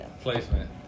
placement